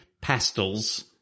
pastels